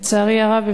לצערי הרב,